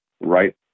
right